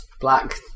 Black